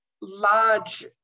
large